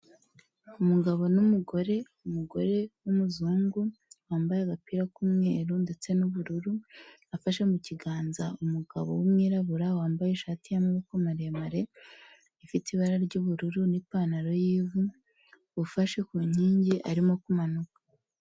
Umugabo n'umugore, umugore w'umuzungu wambaye agapira k'umweru ndetse n'ubururu, afashe mu kiganza umugabo w'umwirabura wambaye ishati y'amaboko maremare ifite ibara ry'ubururu n'ipantaro y'ivu, ufashe ku nkingi arimo kumanuka.